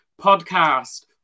podcast